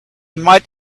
might